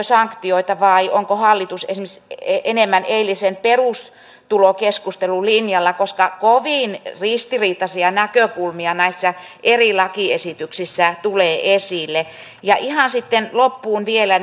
sanktioita vai onko hallitus esimerkiksi enemmän eilisen perustulokeskustelun linjalla koska kovin ristiriitaisia näkökulmia näissä eri lakiesityksissä tulee esille ihan sitten loppuun vielä